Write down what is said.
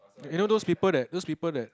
you know those people that people that